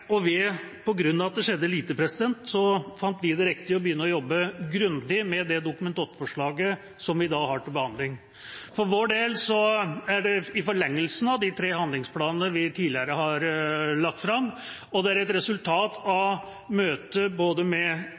på grunn av at det skjedde lite, fant vi det riktig å begynne å jobbe grundig med det Dokument 8-forslaget som vi har til behandling. For vår del er dette i forlengelsen av de tre handlingsplanene vi tidligere har lagt fram, og det er et resultat av møtet med både LOs leder og sjefen i NHO, som ble invitert for å være med